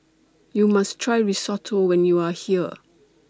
YOU must Try Risotto when YOU Are here